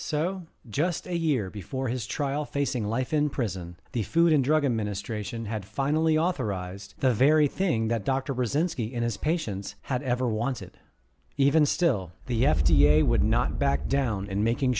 so just a year before his trial facing life in prison the food and drug administration had finally authorized the very thing that dr brzezinski in his patients had ever wanted even still the f d a would not back down and making